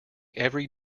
every